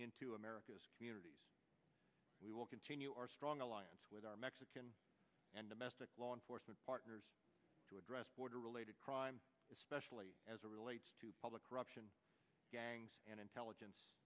into american communities we will continue our strong alliance with our mexican and domestic law enforcement partners to address border related crime especially as a relates to public corruption gangs and intelligence